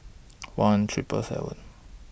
one Triple seven